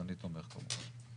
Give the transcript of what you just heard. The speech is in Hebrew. אז אני תומך כמובן.